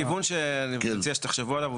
הכיוון שאני מציע שתחשבו עליו,